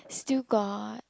still got